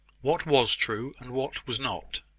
what was true, and what was not?